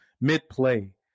mid-play